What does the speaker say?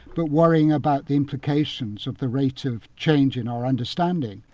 but worrying about the implications of the rate of change in our understanding.